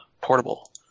Portable